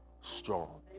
strong